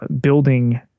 building